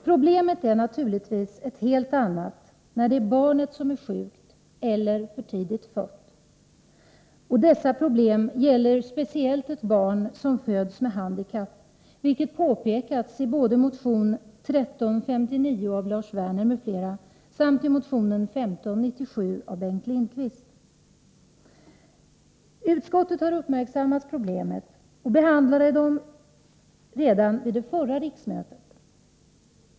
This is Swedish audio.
Problemen är naturligtvis helt annorlunda när det är barnet som är sjukt eller när barnet är för tidigt fött. Dessa problem gäller speciellt barn som föds med handikapp, vilket påpekats både i motion 1359 av Lars Werner m.fl. och i motion 1597 av Bengt Lindqvist. Utskottet har uppmärksammat dessa problem och behandlade dem redan vid föregående riksmöte.